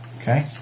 Okay